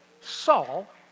Saul